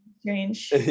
strange